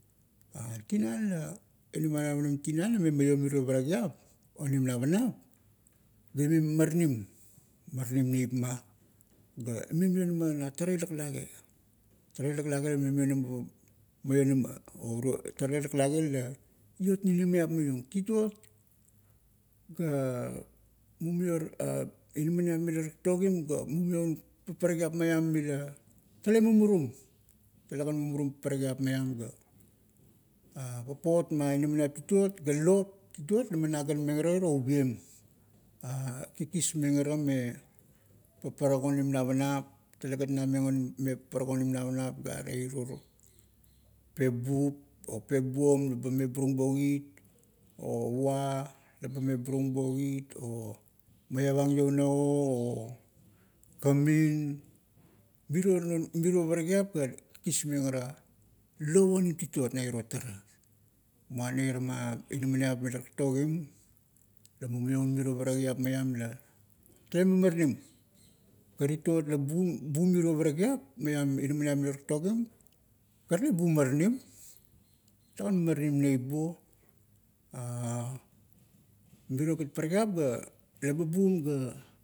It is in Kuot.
tinan la, inamaniap onim tinan la ime maio miro prakip onim navanap, ga ime maranim. Maranim neip ma, ga me mionamana tara ila laklage, tara ila laklage la ime mionama rom, mionama, tara ila laklage la iot ninimiap maiong. Tituot ga mumior inaminiap mila takto-gim ga mumio un paparakiap maiam mila tale mumurum, talelgan mumurum parakiap maiam ga papot ma inaminiap tituot ga lop tituot laman nagnmeng ara iro ubiem. kikismeng ara me paparak onim navanap la are iro pebup, o pebuom, ba meburung bo kit, o ua, leba meburung bo kit, o maiavang iouna o, o kamim, miro non parakiap la kismeng ara, lop onim tituot na iro tara. Muana irama inamaniap mila taktogim la, mumaio un mirio parakiap maiam la tale mamamranim, pa tituot la bum, bum mirio parakiap maiam inamaniap mila taktogim, ga tale bumaranim, talegan maranim neip buo. Mirio gat parakiap ga, leba bum ga.